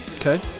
Okay